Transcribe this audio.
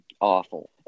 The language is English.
awful